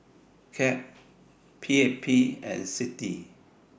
CAG PAP and CITI